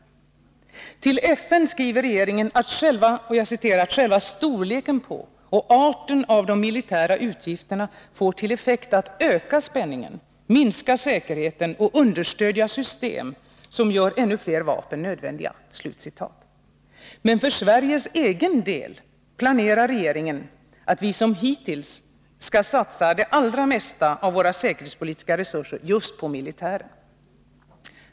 Till FN skriver regeringen att ”själva storleken på och arten av de militära utgifterna får till effekt att öka spänningen, minska säkerheten och understödja system som gör ännu fler vapen nödvändiga”. Men för Sveriges egen del planerar regeringen att vi som hittills skall satsa det allra mesta av våra säkerhetspolitiska resurser just på militären.